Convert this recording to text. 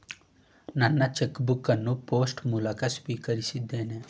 ನನ್ನ check book ಅನ್ನು post ಮೂಲಕ ಸ್ವೀಕರಿಸಿದ್ದೇನೆ